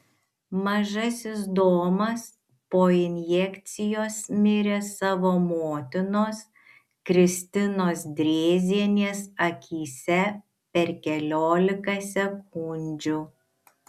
mažasis domas po injekcijos mirė savo motinos kristinos drėzienės akyse per keliolika sekundžių